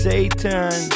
Satan